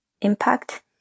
impact